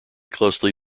closely